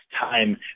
time